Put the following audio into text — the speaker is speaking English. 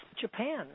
Japan